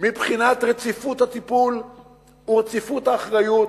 מבחינת רציפות הטיפול ורציפות האחריות,